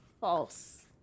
False